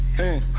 hey